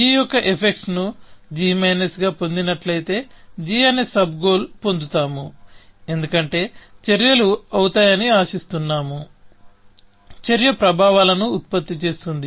g యొక్క effects ను g మైనస్గా పొందినట్లయితే g అనే సబ్ గోల్ పొందుతాము ఎందుకంటే చర్యలు అవుతాయని ఆశిస్తున్నాము చర్య ప్రభావాలను ఉత్పత్తి చేస్తుంది